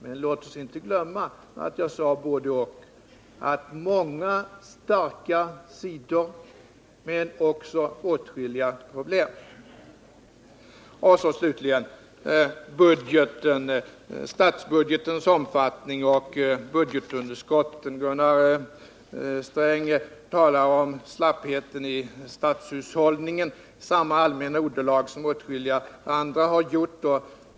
Men låt oss inte glömma att jag sade både-och, många starka sidor men också åtskilliga problem. Slutligen skall jag beröra frågan om statsbudgetens omfattning och budgetunderskotten. Gunnar Sträng talar om slappheten i statshushållningen i samma allmänna ordalag som åtskilliga andra har gjort.